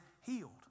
healed